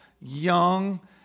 young